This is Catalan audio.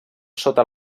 sota